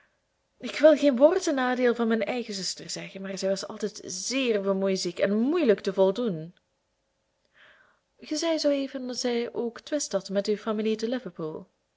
ik wil geen woord ten nadeele van mijn eigen zuster zeggen maar zij was altijd zeer bemoeiziek en moeilijk te voldoen ge zeidet zooeven dat zij ook twist had met uw familie te liverpool